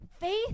Faith